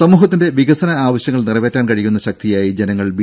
സമൂഹത്തിന്റെ വികസന ആവശ്യങ്ങൾ നിറവേറ്റാൻ കഴിയുന്ന ശക്തിയായി ജനങ്ങൾ ബി